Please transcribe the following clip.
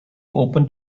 open